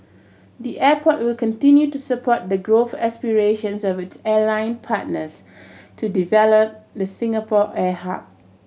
the airport will continue to support the growth aspirations of its airline partners to develop the Singapore air hub